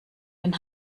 den